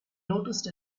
noticed